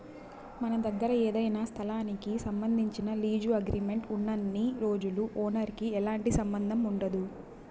మన దగ్గర ఏదైనా స్థలానికి సంబంధించి లీజు అగ్రిమెంట్ ఉన్నన్ని రోజులు ఓనర్ కి ఎలాంటి సంబంధం ఉండదు